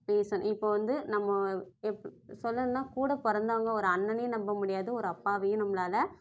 பேசணும் இப்போ வந்து நம்ம எப் சொல்லணுன்னால் கூட பிறந்தவுங்க ஒரு அண்ணனையும் நம்ம முடியாது ஒரு அப்பாவையும் நம்மளால